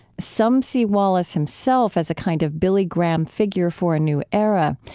some see wallis himself as a kind of billy graham figure for a new era,